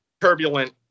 turbulent